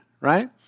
right